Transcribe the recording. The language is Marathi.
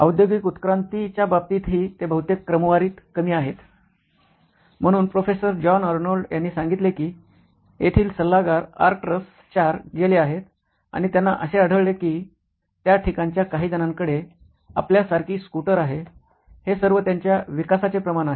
औद्योगिक उत्क्रांती च्या बाबतीतही ते बहुतेक क्रमवारीत कमी आहेत म्हणून प्रोफेसर जॉन अर्नोल्ड यांनी सांगितले की येथील सल्लागार आर्कट्रस IV गेले आहेत आणि त्यांना असे आढळले आहे कि त्या ठिकाणच्या काहीजणांकडे आपल्या सारखी स्कुटर आहे हे सर्व त्यांच्या विकासाचे प्रमाण आहे